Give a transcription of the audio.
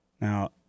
Now